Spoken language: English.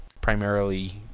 primarily